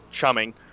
chumming